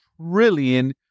trillion